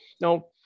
Now